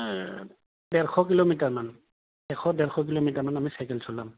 এই ডেৰশ কিলোমিটাৰমান এশ ডেৰশ কিলোমিটাৰমান আমি চাইকেল চলাম